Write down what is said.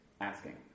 asking